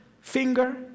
finger